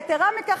יתרה מכך,